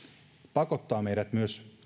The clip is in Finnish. pakottaa meidät myös